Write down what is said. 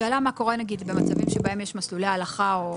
השאלה מה קורה במצבים שבהם יש מסלולי הלכה.